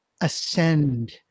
ascend